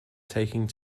taking